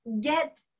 get